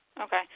Okay